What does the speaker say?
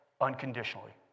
unconditionally